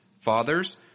fathers